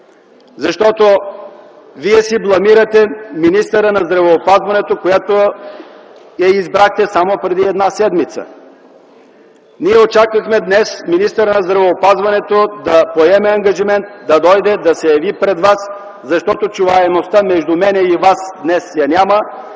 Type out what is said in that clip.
Защото вие си бламирате министъра на здравеопазването, която избрахте само преди една седмица. Ние очаквахме днес министърът на здравеопазването да поеме ангажимент, да дойде, да се яви пред вас, защото чуваемостта между мен и вас днес я няма.